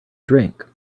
drink